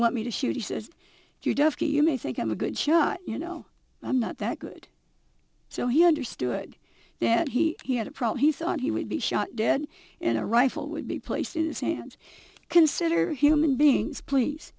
want me to shoot he says you're deaf you may think i'm a good shot you know i'm not that good so he understood that he had a problem he thought he would be shot dead in a rifle would be placed in the sand consider human beings please